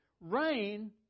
rain